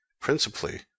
principally